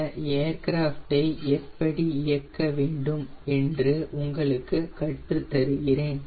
இந்த ஏர்கிராஃப்ட் ஐ எப்படி இயக்கவேண்டும் என்று உங்களுக்கு கற்றுத்தருகிறேன்